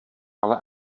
ale